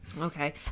Okay